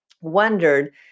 wondered